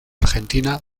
argentina